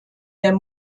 der